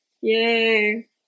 yay